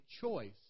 choice